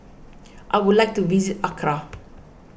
I would like to visit Accra